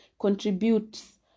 contributes